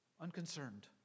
unconcerned